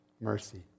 mercy